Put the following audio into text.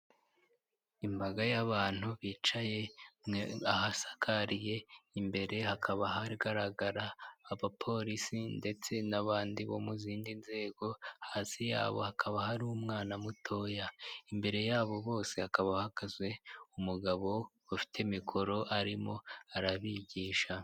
Imbaga y'abantu bicaye ahasakariye imbere hakaba hagaragara abapolisi, ndetse n'abandi bo mu zindi nzego, hasi yabo hakaba hari umwana mutoya, imbere yabo bose hakaba hahagaze umugabo ufite mikoro arimo arabigisha.